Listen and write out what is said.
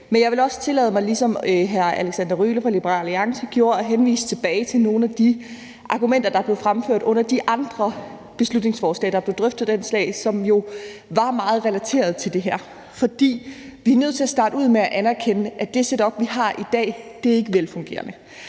Men jeg vil også tillade mig, ligesom hr. Alexander Ryle fra Liberal Alliance gjorde, at henvise til nogle af de argumenter, der blev fremført i forbindelse med de andre beslutningsforslag, der blev drøftet den dag, og som jo var meget relateret til det her. For vi er nødt til at starte ud med at anerkende, at det setup, vi har i dag, ikke er velfungerende.